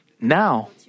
now